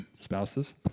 Spouses